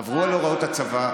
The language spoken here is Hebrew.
עברו על הוראות הצבא,